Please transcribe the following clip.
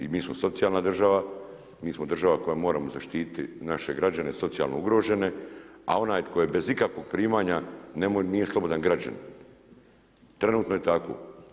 I mi smo socijalna država, mi smo država koja moramo zaštiti naše građane socijalno ugrožene, a onaj tko je bez ikakvog primanja nije slobodan građani, trenutno je tako.